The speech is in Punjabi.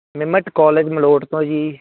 ਮਿਮਟ ਕਾਲਜ ਮਲੋਟ ਤੋਂ ਜੀ